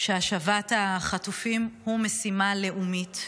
שהשבת החטופים היא משימה לאומית,